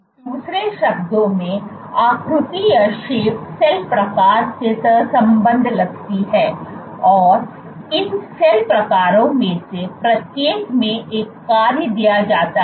दूसरे शब्दों में आकृति सेल प्रकार से सहसंबद्ध लगती है और इन सेल प्रकारों में से प्रत्येक में एक कार्य दिया जाता है